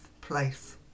place